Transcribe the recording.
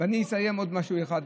ואני אסיים בעוד משהו אחד,